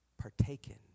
partaken